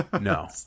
No